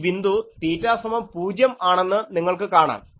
ഈ ബിന്ദു തീറ്റ സമം പൂജ്യം ആണെന്ന് നിങ്ങൾക്ക് കാണാം